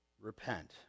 repent